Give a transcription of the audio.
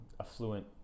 affluent